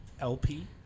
LP